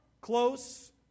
close